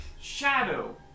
shadow